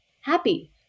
happy